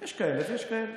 יש כאלה ויש כאלה.